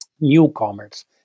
newcomers